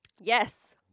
Yes